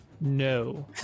No